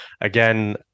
Again